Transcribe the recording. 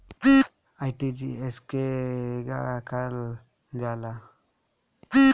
RTGS केगा करलऽ जाला?